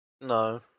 No